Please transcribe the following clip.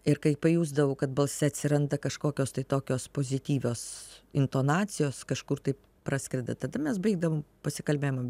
ir kai pajusdavau kad balse atsiranda kažkokios tai tokios pozityvios intonacijos kažkur taip praskrenda tada mes baigdavom pasikalbėjimą